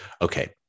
Okay